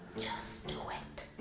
just do it.